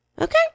Okay